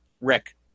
Rick